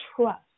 trust